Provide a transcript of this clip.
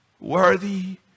Worthy